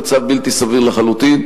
זה מצב בלתי סביר לחלוטין.